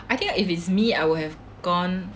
I think if is me I would have gone